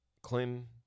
Clinton